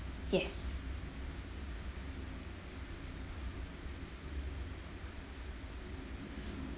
yes